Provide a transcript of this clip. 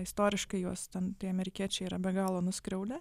istoriškai juos ten tie amerikiečiai yra be galo nuskriaudę